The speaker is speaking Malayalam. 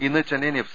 ഇന്ന് ചെന്നൈയിൻ എഫ്